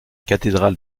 cathédrale